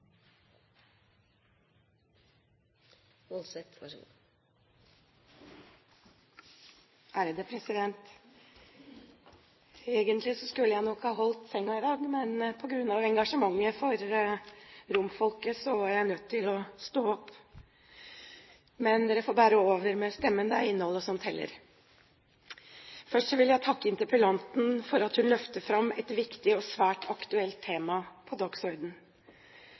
politisk oppmerksomhet. Så får vi følge opp på de områdene som er betimelige og relevante for Norge, på vår hjemmebane. Egentlig skulle jeg nok ha holdt sengen i dag, men på grunn av engasjementet for romfolket var jeg nødt til å stå opp. Dere får bære over med stemmen, det er innholdet som teller. Først vil jeg takke interpellanten for at hun løfter fram et viktig og svært aktuelt